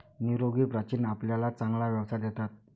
निरोगी प्राणीच आपल्याला चांगला व्यवसाय देतात